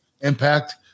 impact